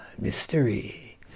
mystery